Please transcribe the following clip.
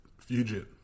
Fugit